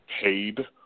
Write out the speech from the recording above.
paid